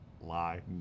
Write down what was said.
Lie